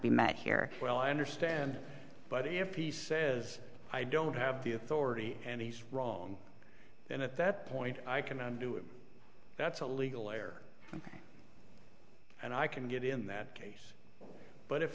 be met here well i understand but if he says i don't have the authority and he's wrong and at that point i cannot do it that's a legal error and i can get in that case but if